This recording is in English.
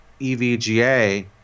EVGA